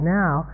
now